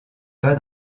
pas